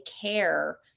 care